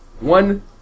One